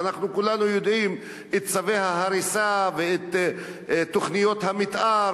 ואנחנו כולנו יודעים על צווי ההריסה ועל תוכניות המיתאר